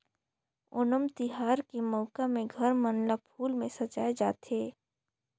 ओनम तिहार के मउका में घर मन ल फूल में सजाए जाथे